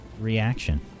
reaction